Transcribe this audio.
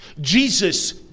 Jesus